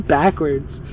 backwards